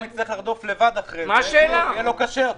יצטרך לרדוף לבד אחרי זה ויהיה לו קשה יותר.